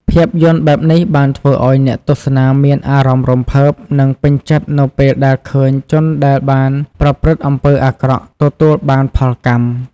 ភាពយន្តបែបនេះបានធ្វើឲ្យអ្នកទស្សនាមានអារម្មណ៍រំភើប និងពេញចិត្តនៅពេលដែលឃើញជនដែលបានប្រព្រឹត្តអំពើអាក្រក់ទទួលបានផលកម្ម។